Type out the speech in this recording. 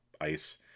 ice